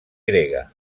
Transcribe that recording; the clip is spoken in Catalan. grega